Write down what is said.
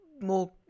more